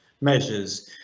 measures